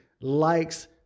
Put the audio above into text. likes